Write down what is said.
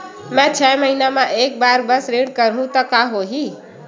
मैं छै महीना म एक बार बस ऋण करहु त का होही?